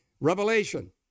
Revelation